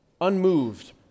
unmoved